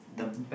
mm